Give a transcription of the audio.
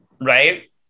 right